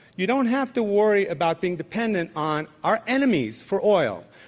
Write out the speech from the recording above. you don't have to worry about being dependent on our enemies for oil,